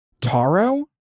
taro